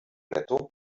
netto